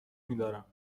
میدارم